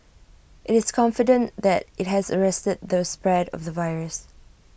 IT is confident that IT has arrested the spread of the virus